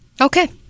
Okay